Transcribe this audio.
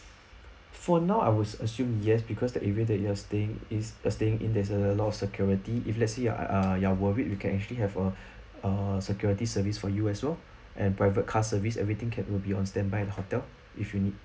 for now I was assumed yes because that area you are staying is staying in there's a lot of security if let's say I uh you are worried we can actually have a uh security service for you as well and private car service everything kept will be on standby at the hotel if you need